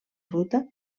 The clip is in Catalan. ruta